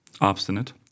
Obstinate